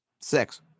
Six